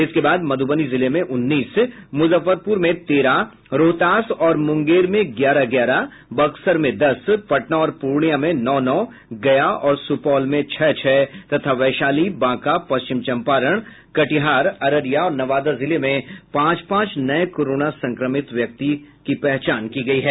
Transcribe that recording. इसके बाद मधुबनी जिले में उन्नीस मुजफ्फरपुर में तेरह रोहतास और मुंगेर में ग्यारह ग्यारह बक्सर में दस पटना और पूर्णिया में नौ नौ गया और सुपौल में छह छह तथा वैशाली बांका पश्चिम चंपारण कटिहार अररिया और नवादा जिले में पांच पांच नये कोरोना संक्रमित व्यक्ति की पहचान हुई है